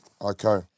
Okay